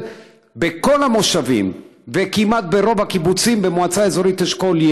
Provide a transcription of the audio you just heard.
בכל המושבים וכמעט ברוב הקיבוצים במועצה האזורית אשכול,